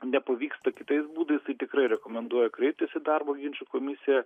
nepavyksta kitais būdais tai tikrai rekomenduoju kreiptis į darbo ginčų komisiją